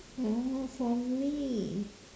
oh for me